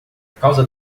causa